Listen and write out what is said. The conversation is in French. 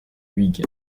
huyghe